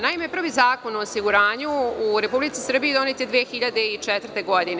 Naime, prvi Zakon o osiguranju u Republici Srbiji donet je 2004. godine.